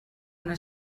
una